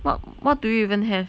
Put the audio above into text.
what what do you even have